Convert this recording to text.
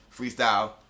freestyle